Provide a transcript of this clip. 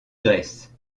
graisse